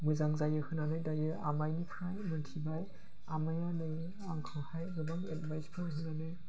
मोजां जायो होनानै दायो आमाइनिफ्राइ मोनथिबाय आमाइआ नै आंखौहाय गोबां एडभाइसफोर होनानै